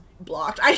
blocked